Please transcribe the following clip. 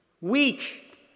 weak